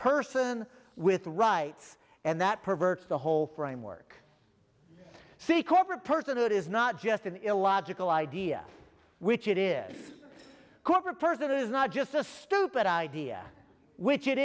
person with rights and that perverts the whole framework see corporate personhood is not just an illogical idea which it is cooper person it is not just a stupid idea which it